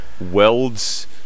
welds